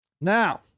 Now